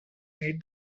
made